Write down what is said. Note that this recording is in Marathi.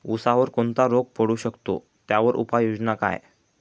ऊसावर कोणता रोग पडू शकतो, त्यावर उपाययोजना काय?